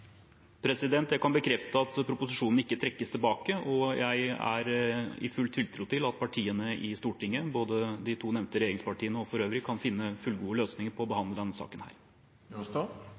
Jeg kan bekrefte at proposisjonen ikke trekkes tilbake, og jeg har full tiltro til at partiene i Stortinget, både de to nevnte regjeringspartiene og for øvrig, kan finne fullgode løsninger på å behandle denne saken.